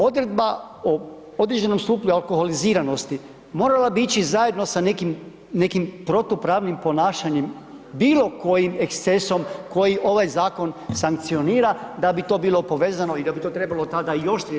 Odredba o određenom stupnju alkoholiziranosti, morala bi ići zajedno sa nekim, nekim protupravnim ponašanjem, bilo kojim ekscesom koji ovaj zakon sankcionira, da bi to bilo povezano i da ni to trebalo tada ... sankcionirati.